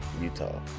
Utah